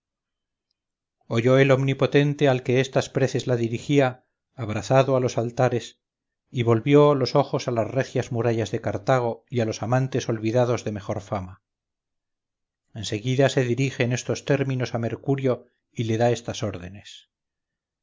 oyó el omnipotente al que estas preces la dirigía abrazado a los altares y volvió los ojos a las regias murallas de cartago y a los amantes olvidados de mejor fama en seguida se dirige en estos términos a mercurio y le da estas órdenes